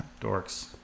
dorks